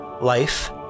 life